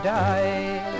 die